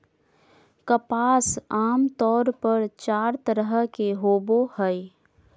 कपास आमतौर पर चार तरह के होवो हय